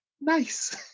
nice